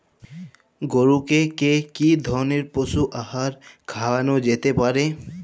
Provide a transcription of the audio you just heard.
গরু কে কি ধরনের পশু আহার খাওয়ানো যেতে পারে?